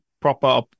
proper